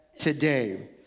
Today